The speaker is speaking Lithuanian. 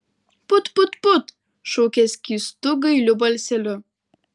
put put put šaukė skystu gailiu balseliu